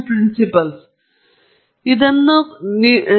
ಆದ್ದರಿಂದ ನಿಸ್ಸಂಶಯವಾಗಿ ಹೆಚ್ಚು ಮಾಹಿತಿ ಒಂದು ಉತ್ತಮ ನಿರೀಕ್ಷೆ ಎಂದು ನಿರೀಕ್ಷಿಸಬಹುದು